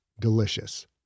delicious